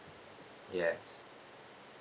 yes